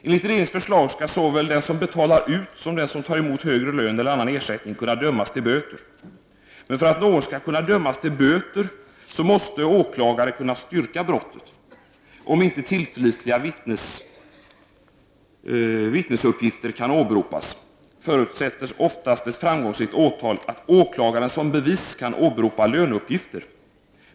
Enligt regeringens förslag skall såväl den som betalar ut som den som tar emot högre lön eller annan ersättning kunna dömas till böter. Men för att någon skall kunna dömas till böter måste åklagare kunna styrka brottet. Om inte tillförlitliga vittnesuppgifter kan åberopas, förutsätter oftast ett framgångsrikt åtal att åklagaren som bevis kan åberopa löneuppgifter.